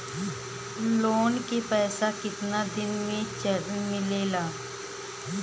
Loan के पैसा कितना दिन मे मिलेला?